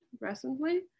recently